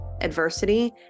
adversity